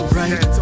right